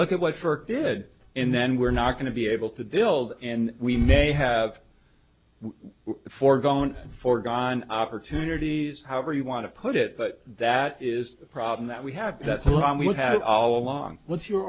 look at what for good and then we're not going to be able to build and we may have foregone forgone opportunities however you want to put it but that is the problem that we have that's why we have all along what's your